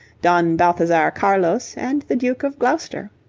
don balthazar carlos, and the duke of gloucester.